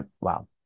wow